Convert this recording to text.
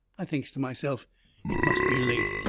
i thinks to myself it must be late.